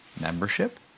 membership